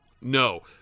No